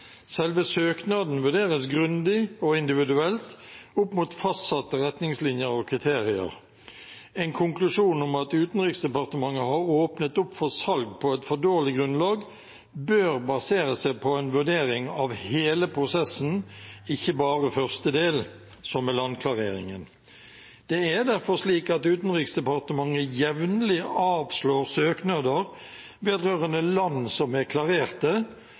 Selve søknaden vurderes grundig og individuelt opp mot fastsatte retningslinjer og kriterier. En konklusjon om at Utenriksdepartementet har åpnet for salg på et for dårlig grunnlag, bør basere seg på en vurdering av hele prosessen, ikke bare den første delen, som er landklareringen. Det er derfor slik at Utenriksdepartementet jevnlig avslår søknader vedrørende land som er